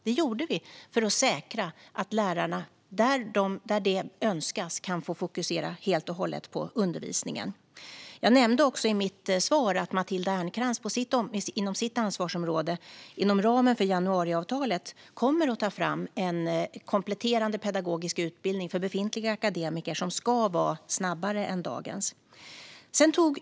Det gjorde vi för att säkra att lärarna, där det önskas, kan få fokusera helt och hållet på undervisningen. Jag nämnde också i mitt svar att Matilda Ernkrans inom sitt ansvarsområde, inom ramen för januariavtalet, kommer att ta fram en kompletterande pedagogisk utbildning för befintliga akademiker, som ska vara snabbare än dagens.